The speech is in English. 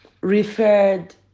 referred